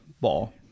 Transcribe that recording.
ball